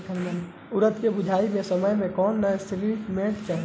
उरद के बुआई के समय कौन नौरिश्मेंट चाही?